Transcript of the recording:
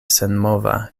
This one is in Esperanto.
senmova